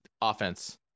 offense